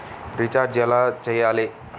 Recharge ఎలా చెయ్యాలి?